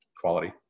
quality